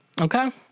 Okay